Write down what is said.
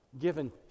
given